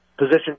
Position